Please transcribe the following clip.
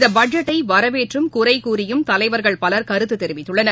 இந்த பட்ஜெட்டை வரவேற்றும் குறை கூறியும் தலைவர்கள் பலர் கருத்து தெரிவித்துள்ளனர்